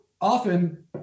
often